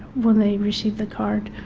when they receive the card.